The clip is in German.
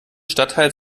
stadtteil